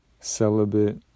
celibate